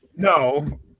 No